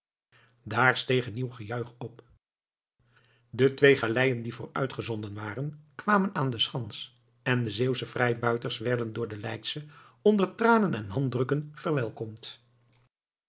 daar steeg een nieuw gejuich op de twee galeien die vooruit gezonden waren kwamen aan de schans en de zeeuwsche vrijbuiters werden door de leidsche onder tranen en handdrukken verwelkomd